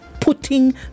putting